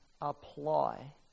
apply